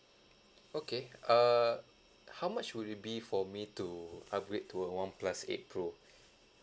okay err how much would it be for me to upgrade to a one plus eight pro